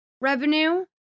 revenue